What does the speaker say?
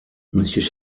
monsieur